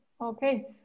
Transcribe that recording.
okay